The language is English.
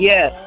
Yes